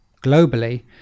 globally